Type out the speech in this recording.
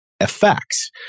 effects